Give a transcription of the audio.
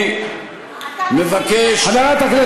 אני מבקש, אתה מסית